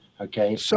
Okay